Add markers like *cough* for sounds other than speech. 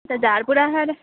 *unintelligible* झार *unintelligible*